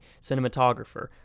cinematographer